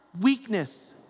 weakness